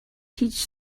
teach